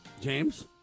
james